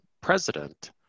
president